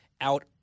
out